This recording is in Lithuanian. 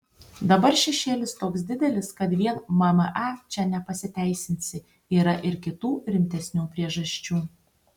dabar šešėlis toks didelis kad vien mma čia nepasiteisinsi yra ir kitų rimtesnių priežasčių